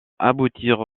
aboutir